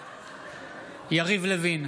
בעד יריב לוין,